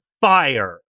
fire